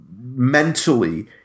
mentally